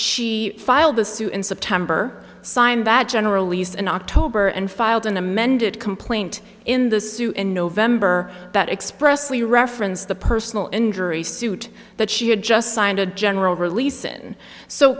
she filed the suit in september signed bad generally used in october and filed an amended complaint in the suit in november that expressly referenced the personal injury suit that she had just signed a general release in so